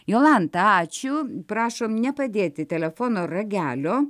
jolanta ačiū prašom nepadėti telefono ragelio